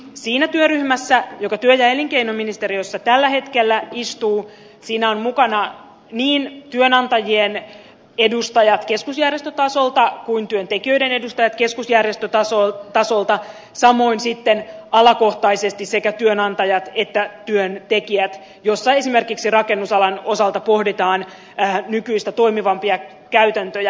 siinä työryhmässä joka työ ja elinkeinoministeriössä tällä hetkellä istuu ovat mukana niin työnantajien edustajat keskusjärjestötasolta kuin työntekijöiden edustajat keskusjärjestötasolta samoin sitten alakohtaisesti sekä työnantajat että työntekijät ja jossa esimerkiksi rakennusalan osalta pohditaan nykyistä toimivampia käytäntöjä